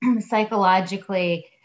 psychologically